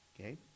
Okay